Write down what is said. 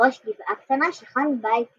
על ראש גבעה קטנה, שכן בית גדול.